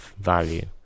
value